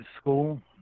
school